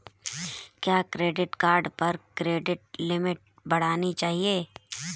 क्या credit card पर credit limit बढ़ानी चाहिए?